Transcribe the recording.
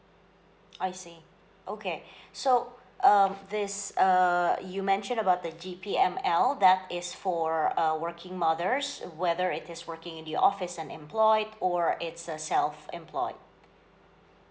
I see okay so um this uh you mentioned about the G_P_M_L that is for uh working mothers whether it is working in the office and employed or it's uh self employed